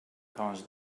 caused